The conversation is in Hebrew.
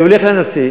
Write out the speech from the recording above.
והוא הולך לנשיא,